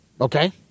Okay